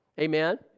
Amen